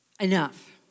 enough